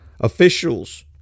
officials